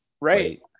right